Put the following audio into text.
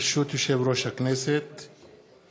ברשות יושב-ראש הישיבה,